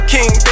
King